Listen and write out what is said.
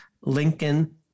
Lincoln